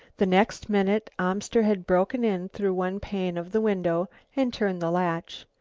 the next minute amster had broken in through one pane of the window and turned the latch.